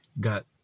Got